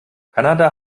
kanada